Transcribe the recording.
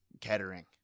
Kettering